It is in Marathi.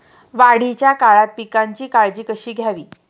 वाढीच्या काळात पिकांची काळजी कशी घ्यावी?